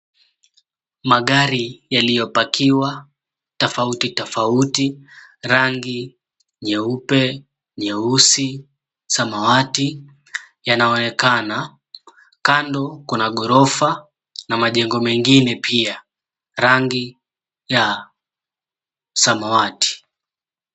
Magari yaliopakiwa tofauti tofauti rangi nyeupe, nyeusi, samawati yanaonekana. Kando kuna gorofa n majengo mengine pia rangi ya samawati.